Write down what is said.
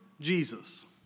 Jesus